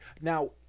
now